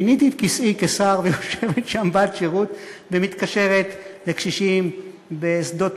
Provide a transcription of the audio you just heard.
פיניתי את כיסאי כשר ויושבת שם בת שירות ומתקשרת לקשישים בשדות-נגב,